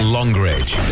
Longridge